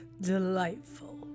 Delightful